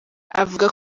avuga